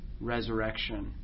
resurrection